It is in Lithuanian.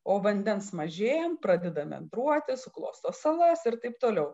o vandens mažėjant pradeda mendruoti suklosto salas ir taip toliau